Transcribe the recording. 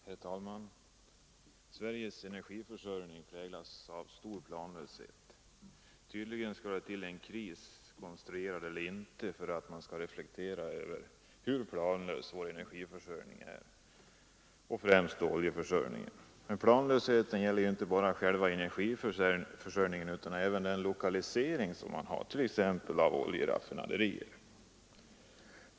Herr talman! Sveriges energiförsörjning präglas av stor planlöshet. Tydligen måste det till en kris — konstruerad eller inte — för att man skall reflektera över hur planlös energiförsörjningen är, främst oljeförsörjningen. Men planlösheten gäller inte bara själva energiförsörjningen utan även lokaliseringen, t.ex. av oljeraffinaderier.